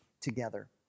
together